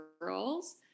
girls